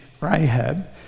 Rahab